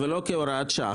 ולא כהוראת שעה.